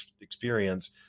experience